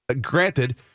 granted